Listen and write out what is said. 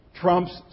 trumps